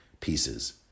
pieces